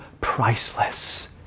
priceless